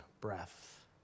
breath